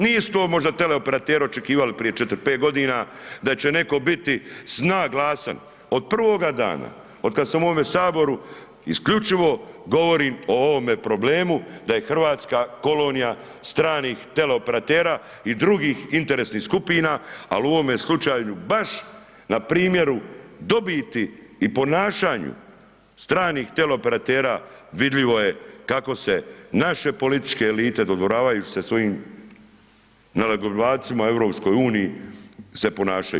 Nisu to možda teleoperateri očekivali prije 4, 5 g. da će netko biti … od prvoga dana, od kada sam u ovome Saboru, isključivo govorim o ovome problemu, da je Hrvatska kolonija, stranih teleoperatera i drugih interesnih skupina, ali u ovome slučaju, baš na primjeru dobiti i ponašanju stranih teleoperatera, vidljivo je kako se naše političke elite, dodvoravaju se svojim … EU, se ponašaju.